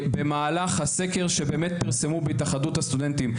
במהלך הסקר שבאמת פרסמו בהתאחדות הסטודנטים,